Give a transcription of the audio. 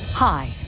Hi